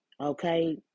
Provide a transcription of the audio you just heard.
okay